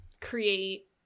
create